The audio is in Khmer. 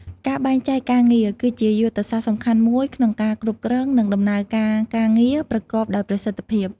ការបែងចែកការងារ គឺជាយុទ្ធសាស្ត្រសំខាន់មួយក្នុងការគ្រប់គ្រង និងដំណើរការការងារប្រកបដោយប្រសិទ្ធភាព។